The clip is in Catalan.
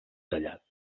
tallat